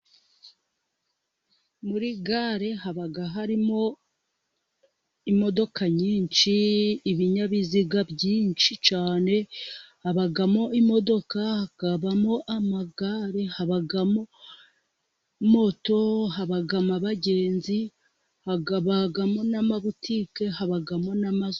Muri gare haba harimo imodoka nyinshi, ibinyabiziga byinshi cyane, habamo imodoka, hakabamo amagare, habamo moto, habamo abagenzi, hakabamo amabutike n'amazu.